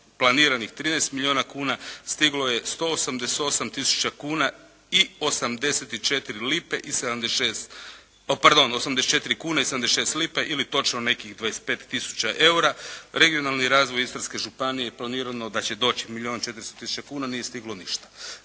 planiranih 13 milijuna kuna stiglo je 188 tisuća kuna i 84 lipe i 76, pardon 84 kune i 76 lipa ili točno nekih 25 tisuća EUR-a. Regionalni razvoj Istarske županije planirano da će doći milijun 400 tisuća kuna, nije stiglo ništa.